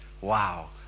wow